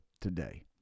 today